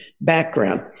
background